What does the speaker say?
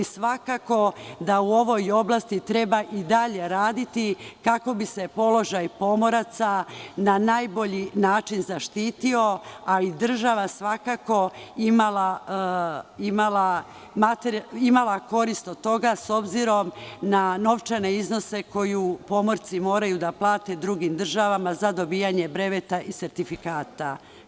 Ali, svakako da u ovoj oblasti treba i dalje raditi, kako bi se položaj pomoraca na najbolji način zaštitio, a i država svakako imala korist od toga, s obzirom na novčane iznose koje pomorci moraju da plate drugim državama za dobijanje bremeta i sertifikata.